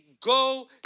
go